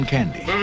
Candy